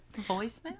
voicemail